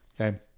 Okay